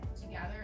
together